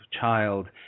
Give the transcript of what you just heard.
child